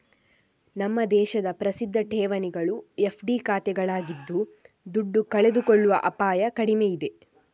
ನಮ್ಮ ದೇಶದ ಪ್ರಸಿದ್ಧ ಠೇವಣಿಗಳು ಎಫ್.ಡಿ ಖಾತೆಗಳಾಗಿದ್ದು ದುಡ್ಡು ಕಳೆದುಕೊಳ್ಳುವ ಅಪಾಯ ಕಡಿಮೆ ಇದೆ